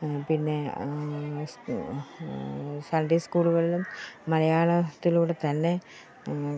പിന്നെ സൺഡേ സ്കൂളുകളിലും മലയാളത്തിലൂടെ തന്നെ